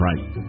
Right